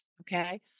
okay